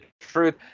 truth